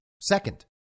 Second